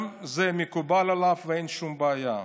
גם זה מקובל עליו ואין שום בעיה.